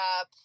up